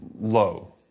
low